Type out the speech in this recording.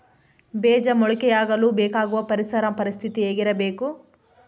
ಬೇಜ ಮೊಳಕೆಯಾಗಲು ಬೇಕಾಗುವ ಪರಿಸರ ಪರಿಸ್ಥಿತಿ ಹೇಗಿರಬೇಕು?